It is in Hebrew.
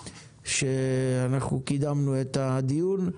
שקידמנו את הדיון.